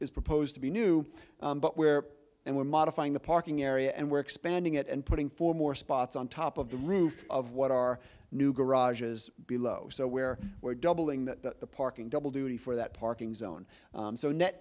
is proposed to be new but where and when modifying the parking area and we're expanding it and putting four more spots on top of the roof of what our new garage is below so where we're doubling that parking double duty for that parking zone so net